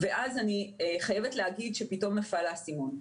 ואז אני חייבת להגיד שפתאום נפל האסימון.